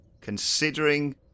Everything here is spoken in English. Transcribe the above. considering